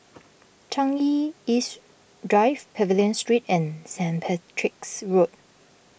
Changi East Drive Pavilion Street and Saint Patrick's Road